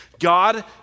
God